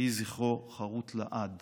יהי זכרו חרות לעד